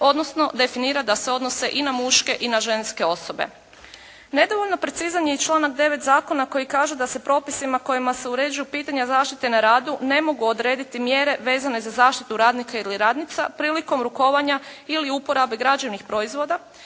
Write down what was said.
odnosno definira da se odnose i na muške i na ženske osobe. Nedovoljno precizan je i članak 9. zakona koji kaže da se propisima kojima se uređuju pitanja zaštite na radu ne mogu odrediti mjere vezane za zaštitu radnika ili radnica prilikom rukovanja ili uporabe građevnih proizvoda